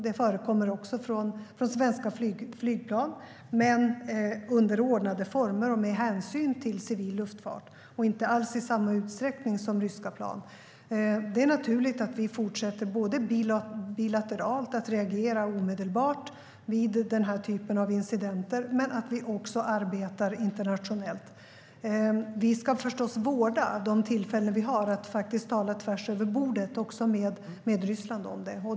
Det förekommer även med svenska flygplan men under ordnade former och med hänsyn till civil luftfart och inte alls i samma utsträckning som ryska plan. Det är naturligt att vi fortsätter att bilateralt reagera omedelbart vid den här typen av incidenter men också att vi arbetar internationellt. Vi ska förstås vårda de tillfällen vi har att tala tvärs över bordet också med Ryssland om detta.